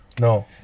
No